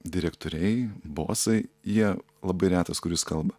direktoriai bosai jie labai retas kuris kalba